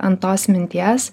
ant tos minties